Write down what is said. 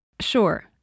Sure